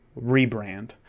rebrand